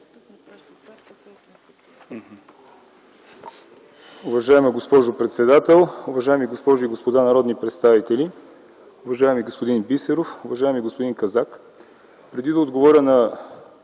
Уважаема госпожо председател, уважаеми госпожи и господа народни представители! Уважаеми господин Бисеров, уважаеми господин Казак, преди да отговоря на